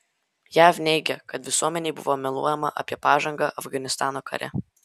jav neigia kad visuomenei buvo meluojama apie pažangą afganistano kare